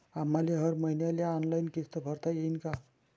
आम्हाले हर मईन्याले ऑनलाईन किस्त भरता येईन का?